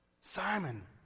Simon